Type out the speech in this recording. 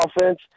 offense